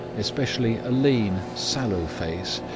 especially a lean, sallow face,